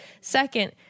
Second